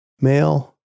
male